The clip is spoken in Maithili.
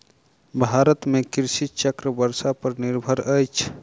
भारत में कृषि चक्र वर्षा पर निर्भर अछि